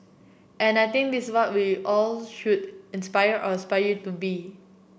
and I think this what we all should inspire or aspire to be